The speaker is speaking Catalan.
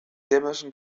temes